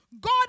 God